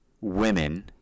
women